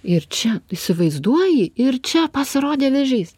ir čia įsivaizduoji ir čia pasirodė vėžys